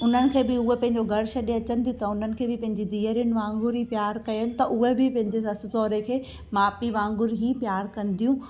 उन्हनि खे बि उहा पंहिंजो घर छॾे अचनि थियूं त हुनखे बि पंहिंजी धीअरुनि वांगुरु ई प्यार करनि त उहे बि पंहिंजे ससु सहुरे खे माउ पीउ वांगुरु ई प्यार कंदियूं